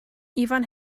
ifan